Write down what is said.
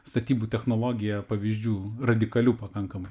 statybų technologija pavyzdžių radikalių pakankamai